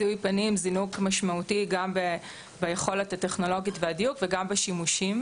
זיהוי פנים זינוק משמעותי גם ביכולת הטכנולוגית והדיוק וגם בשימושים,